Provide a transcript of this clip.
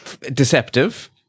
deceptive